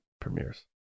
premieres